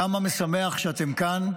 כמה משמח שאתם כאן,